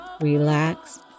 relax